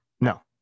No